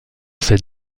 ces